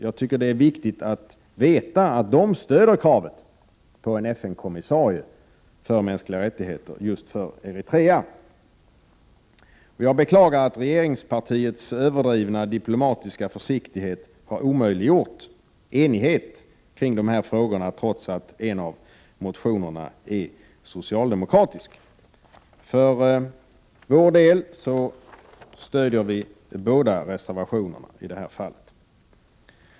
Jag tycker att det är viktigt att veta att de stöder kraven på en FN-kommissarie för mänskliga rättigheter för just Eritrea. Jag beklagar att regeringspartiets överdrivna diplomatiska försiktighet omöjliggör enighet kring dessa frågor, trots att en av motionerna är socialdemokratisk. Vi i miljöpartiet stöder båda reservationerna i det här fallet.